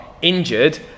injured